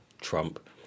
Trump